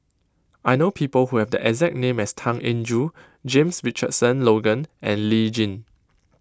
I know people who have the exact name as Tan Eng Joo James Richardson Logan and Lee Tjin